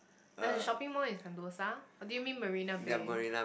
there is a shopping mall in Sentosa do you mean Marina-Bay